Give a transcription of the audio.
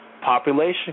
population